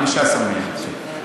15 מיליארד שקל.